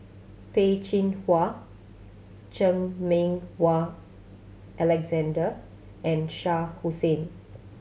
Peh Chin Hua Chan Meng Wah Alexander and Shah Hussain